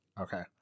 Okay